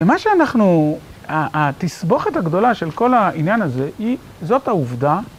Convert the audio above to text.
ומה שאנחנו, התסבוכת הגדולה של כל העניין הזה היא, זאת העובדה.